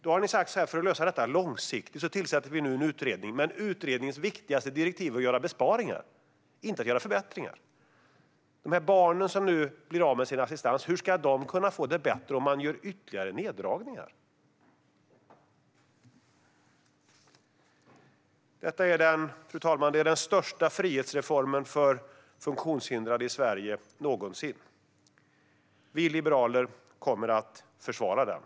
Då har regeringen sagt att en utredning tillsätts för att detta ska lösas långsiktigt. Men utredningens viktigaste direktiv handlar om besparingar, inte om förbättringar. Hur ska barnen som nu blir av med sin assistans kunna få det bättre om man gör ytterligare neddragningar? Fru talman! LSS är den största frihetsreformen någonsin för funktionshindrade i Sverige. Vi liberaler kommer att försvara den.